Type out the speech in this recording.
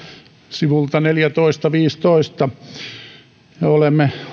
sivuilta neljätoista ja viisitoista me olemme